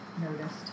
noticed